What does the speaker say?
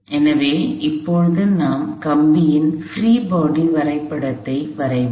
எனவே இப்போது நாம் கம்பியின் பிரீ பாடி வரைபடத்தை வரைவோம்